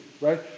right